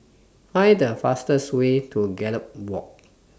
Find The fastest Way to Gallop Walk